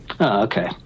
okay